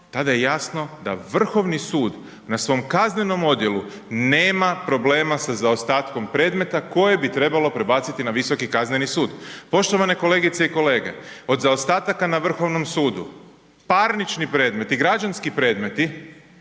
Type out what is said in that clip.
tada je jasno da Vrhovni sud na svom kaznenom odjelu nema problema sa zaostatkom predmeta koje bi trebalo prebaciti na Visoki kazneni sud. Poštovane kolegice i kolege, od zaostataka na Vrhovnom sudu, parnični predmeti, građanski predmeti